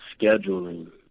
scheduling